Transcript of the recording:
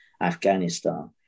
Afghanistan